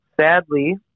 sadly